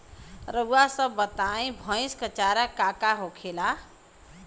रउआ सभ बताई भईस क चारा का का होखेला?